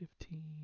fifteen